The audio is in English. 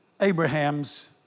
Abraham's